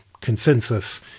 consensus